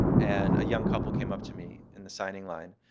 and a young couple came up to me in the signing line,